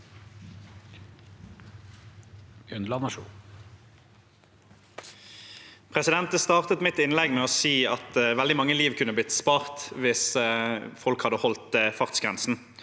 Jeg startet mitt innlegg med å si at veldig mange liv kunne blitt spart hvis folk hadde holdt fartsgrensen.